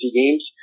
games